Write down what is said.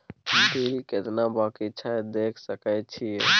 Bill केतना बाँकी छै देख सके छियै?